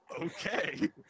okay